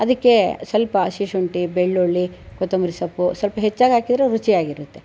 ಅದಕ್ಕೆ ಸ್ವಲ್ಪ ಹಸಿ ಶುಂಠಿ ಬೆಳ್ಳುಳ್ಳಿ ಕೊತ್ತಂಬರಿ ಸೊಪ್ಪು ಸ್ವಲ್ಪ ಹೆಚ್ಚಾಗಿ ಹಾಕಿದರೆ ರುಚಿಯಾಗಿರುತ್ತೆ